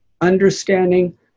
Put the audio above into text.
understanding